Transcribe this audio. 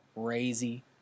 crazy